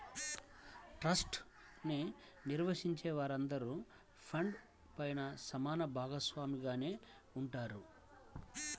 trust ని నిర్వహించే వారందరూ ఫండ్ పైన సమాన భాగస్వామిగానే ఉంటారు